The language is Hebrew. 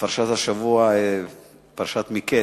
בפרשת השבוע, פרשת מקץ: